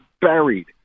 buried